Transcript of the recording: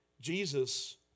Jesus